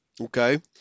okay